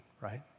right